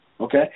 okay